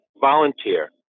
volunteer